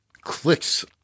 clicks